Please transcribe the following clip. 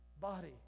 body